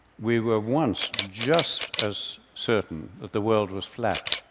we were once just as certain that the world was flat.